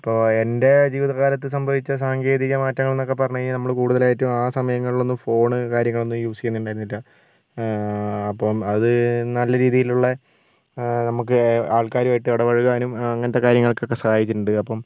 ഇപ്പോൾ എൻ്റെ ജീവിത കാലത്ത് സംഭവിച്ച സാങ്കേതിക മാറ്റങ്ങൾ എന്നൊക്കെ പറഞ്ഞ് കഴിഞ്ഞാൽ നമ്മൾ കൂടുതലായിട്ട് ആ സമയങ്ങൾലൊന്നും ഫോൺ കാര്യങ്ങളൊന്നും യൂസ് ചെയ്യുന്നുണ്ടായിരുന്നില്ല അപ്പം അത് നല്ല രീതിയിലുള്ള നമുക്ക് ആൾക്കാരുമായിട്ട് ഇടപഴകാനും അങ്ങനത്തെ കാര്യങ്ങൾക്കൊക്കെ സഹായിച്ചിട്ടുണ്ട് അപ്പം